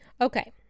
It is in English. Okay